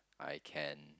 I can